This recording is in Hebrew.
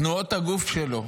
תנועות הגוף שלו,